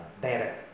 better